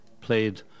played